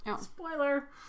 Spoiler